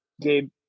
Gabe